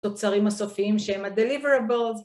תוצרים הסופיים שהם ה-deliverables